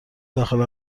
داخل